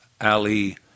Ali